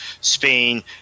Spain